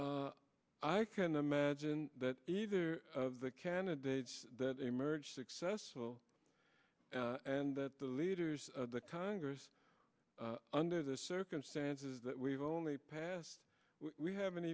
folks i can imagine that either of the candidates that emerge successful and that the leaders of the congress under the circumstances that we've only passed we haven't